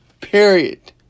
Period